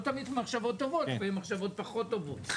לא תמיד מחשבות טובות, לפעמים מחשבות פחות טובות.